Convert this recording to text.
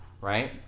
right